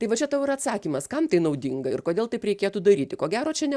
tai va čia tau ir atsakymas kam tai naudinga ir kodėl taip reikėtų daryti ko gero čia ne